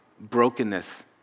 brokenness